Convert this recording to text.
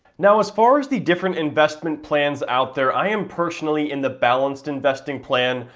now, as far as the different investment plans out there i am personally in the balanced investing plan,